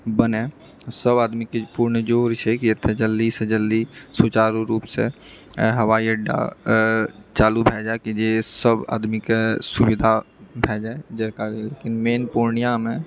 बनए सब आदमीके पूर्ण जोड़ छै कि एतऽ जल्दीसँ जल्दी सुचारू रूपसँ हवाई अड्डा चालू भए जाए कि जे सब आदमीके सुविधा भए जाए जाहि कारणसँ मेन पूर्णियामे